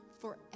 forever